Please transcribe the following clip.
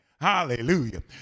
hallelujah